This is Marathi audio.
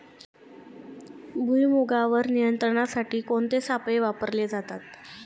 भुईमुगावर नियंत्रणासाठी कोणते सापळे वापरले जातात?